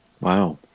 Wow